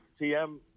TM